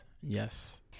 yes